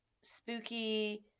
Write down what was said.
spooky